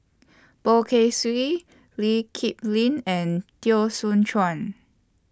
Poh Kay Swee Lee Kip Lin and Teo Soon Chuan